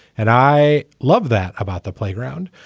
and i love that about the playground.